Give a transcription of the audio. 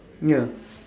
ya